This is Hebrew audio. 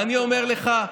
ואני אומר לך,